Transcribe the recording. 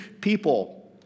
people